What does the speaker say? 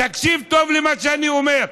תקשיב טוב למה שאני אומר.